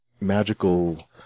magical